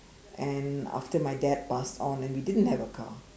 and after my dad passed on and we didn't have a car